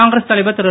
காங்கிரஸ் தலைவர் திரு